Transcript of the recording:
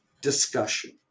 discussion